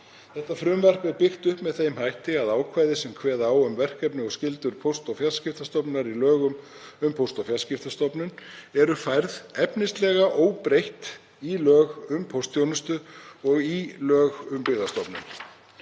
Frumvarpið er byggt upp með þeim hætti að ákvæði sem kveða á um verkefni og skyldur Póst- og fjarskiptastofnunar í lögum um Póst- og fjarskiptastofnun eru færð efnislega óbreytt í lög um póstþjónustu og í lög um Byggðastofnun.